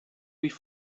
wie